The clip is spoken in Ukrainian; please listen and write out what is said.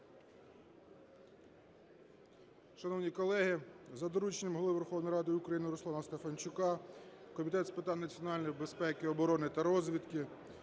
Шановні колеги, за дорученням Голови Верховної Ради України Руслана Стефанчука Комітет з питань національної безпеки, оборони та розвідки